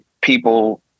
people